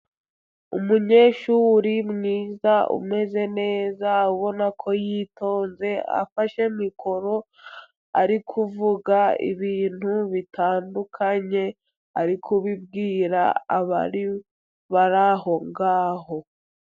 Umunyeshuri mwiza ,umeze neza ubona ko yitonze ,afashe mikoro ari kuvuga ibintu bitandukanye, ari kubibwira abari bari aho ngaho.